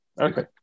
Okay